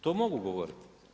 To mogu govoriti.